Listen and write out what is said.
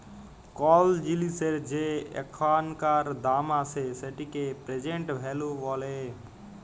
call জিলিসের যে এখানকার দাম আসে সেটিকে প্রেজেন্ট ভ্যালু ব্যলে